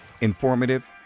informative